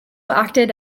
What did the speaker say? acted